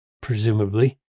presumably